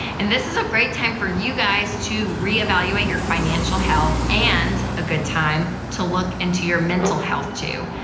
and this is a great time for you guys to reevaluate your financial health, and a good time to look into your mental health too.